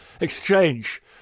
exchange